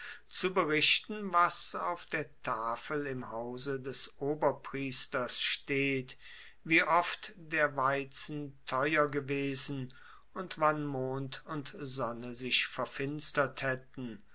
zu berichten was auf der tafel im hause des oberpriesters steht wie oft der weizen teuer gewesen und wann mond und sonne sich verfinstert haetten